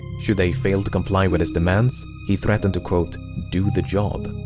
should they fail to comply with his demands, he threatened to do the job.